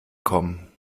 kommen